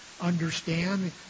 understand